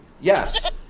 Yes